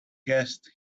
guessed